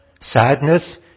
Sadness